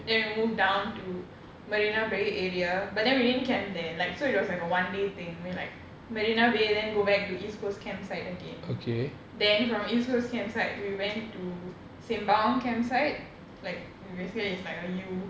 then we move down to marina bay area but then we didn't camp there like so it was like a one day thing I mean like marina bay then go back to east coast campsite again then from east coast campsite we went to sembawang campsite like we basically it's like a U